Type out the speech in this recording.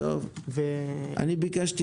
אני ביקשתי